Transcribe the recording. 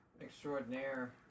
extraordinaire